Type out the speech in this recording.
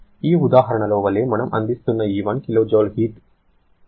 ఈ ఉదాహరణలో వలె మనము అందిస్తున్న ఈ 1 kJ హీట్ గరిష్టంగా ఈ 0